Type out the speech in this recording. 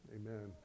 Amen